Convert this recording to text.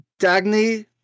Dagny